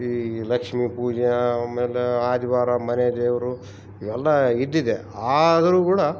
ಈ ಲಕ್ಷ್ಮೀ ಪೂಜೆ ಆಮೇಲೆ ಆಜ್ಬಾರ ಮನೆದೇವರು ಇವೆಲ್ಲ ಇದ್ದಿದೆ ಆದರು ಕೂಡ